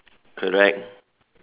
correct